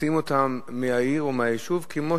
אז מוציאים אותם מהעיר או מהיישוב,